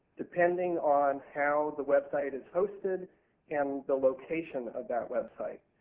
depending on how the website is hosted and the location of that website.